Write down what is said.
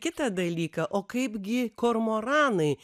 kitą dalyką o kaip gi kormoranai